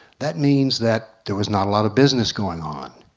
that means that there was not a lot of business going on.